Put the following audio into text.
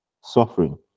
Suffering